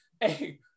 hey